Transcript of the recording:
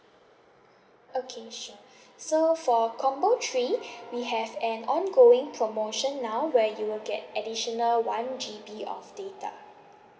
okay sure so for combo three we have an ongoing promotion now where you will get additional one G_B of data